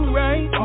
right